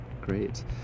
Great